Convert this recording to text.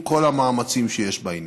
עם כל המאמצים שיש בעניין,